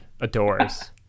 adores